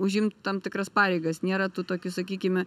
užimt tam tikras pareigas nėra tų tokių sakykime